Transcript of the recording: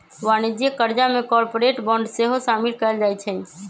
वाणिज्यिक करजा में कॉरपोरेट बॉन्ड सेहो सामिल कएल जाइ छइ